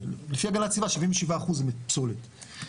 לפי הגנת הסביבה 77% מפסולת.